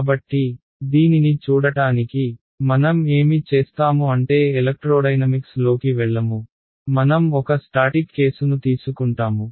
కాబట్టి దీనిని చూడటానికి మనం ఏమి చేస్తాము అంటే ఎలక్ట్రోడైనమిక్స్లోకి వెళ్లము మనం ఒక స్టాటిక్ కేసును తీసుకుంటాము